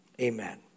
Amen